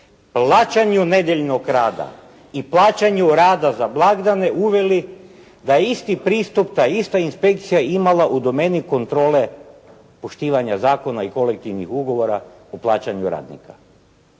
plaćanju nedjeljnog rada i plaćanju rada za blagdane uveli da isti pristup, ta ista inspekcija imala u domeni kontrole poštivanja zakona i poštivanja kolektivnih ugovora u plaćanju radnika,